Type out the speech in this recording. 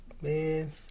Man